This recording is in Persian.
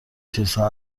چیزها